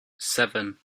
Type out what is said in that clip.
seven